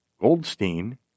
Goldstein